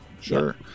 sure